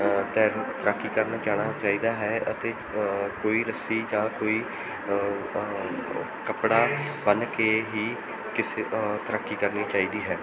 ਤੈ ਤੈਰਾਕੀ ਕਰਨ ਜਾਣਾ ਚਾਹੀਦਾ ਹੈ ਅਤੇ ਕੋਈ ਰੱਸੀ ਜਾਂ ਕੋਈ ਕੱਪੜਾ ਬੰਨ੍ਹ ਕੇ ਵੀ ਕਿਸੇ ਤੈਰਾਕੀ ਕਰਨੀ ਚਾਹੀਦੀ ਹੈ